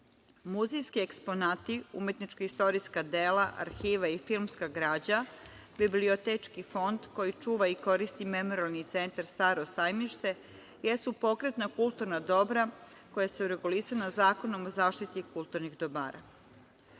Srbije. Muzejski eksponati, umetnička i istorijska dela, arhiva i filmska građa, bibliotečki fond, koji čuva i koristi Memorijalni centar "Staro sajmište" jesu pokretna kulturna dobra koja su regulisana Zakonom o zaštiti kulturnih dobara. Takođe,